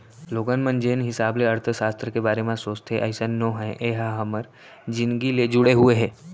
लोगन मन जेन हिसाब ले अर्थसास्त्र के बारे म सोचथे अइसन नो हय ए ह हमर जिनगी ले जुड़े हुए हे